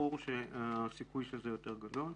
ברור שהסיכוי של זה יותר גדול.